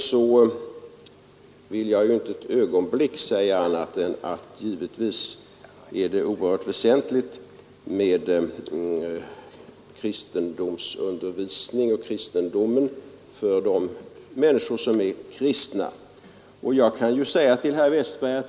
Jag vill till herr Westberg i Ljusdal säga att jag givetvis anser att kristendomsundervisningen och kristendomen är oerhört väsentliga för de människor som är kristna.